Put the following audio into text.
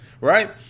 right